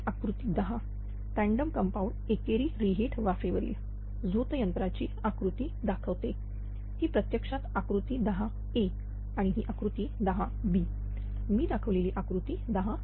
ती आकृती 10टँडम कंपाऊंड एकेरी रि हीट वाफेवरील झोत यंत्राची आकृती दाखविते ही प्रत्यक्षात आकृती 10a आणि ही आकृती 10b मी दाखवलेली आकृती 10b